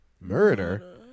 murder